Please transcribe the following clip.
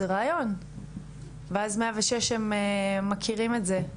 זה רעיון ואז 106 הם מכירים את זה,